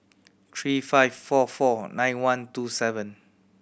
three five four four nine one two seven